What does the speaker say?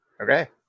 Okay